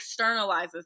externalizes